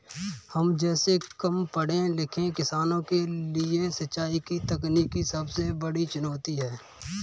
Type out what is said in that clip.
हम जैसै कम पढ़े लिखे किसानों के लिए सिंचाई की तकनीकी सबसे बड़ी चुनौती है